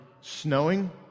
snowing